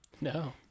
no